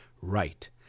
right